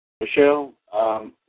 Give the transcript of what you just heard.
Michelle